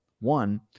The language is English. One